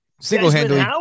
Single-handedly